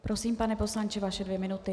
Prosím, pane poslanče, vaše dvě minuty.